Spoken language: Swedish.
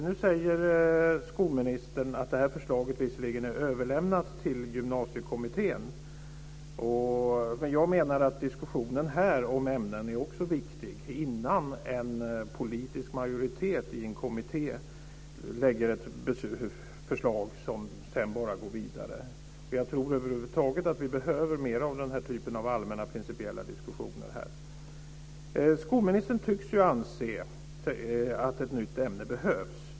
Nu säger skolministern visserligen att det här förslaget är överlämnat till Gymnasiekommittén. Men jag menar att diskussionen om ämnen här i kammaren också är viktig, innan en politisk majoritet i en kommitté lägger fram ett förslag som sedan bara går vidare. Jag tror över huvud taget att vi behöver mer av den här typen av allmänna, principiella diskussioner här. Skolministern tycks anse att ett nytt ämne behövs.